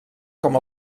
com